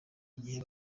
igihe